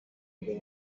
big